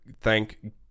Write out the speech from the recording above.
Thank